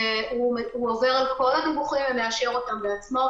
הוא עובר על כל הדיווחים ומאשר אותם בעצמו,